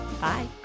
Bye